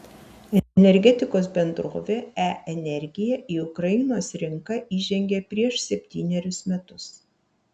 energetikos bendrovė e energija į ukrainos rinką įžengė prieš septynerius metus